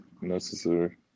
necessary